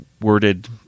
worded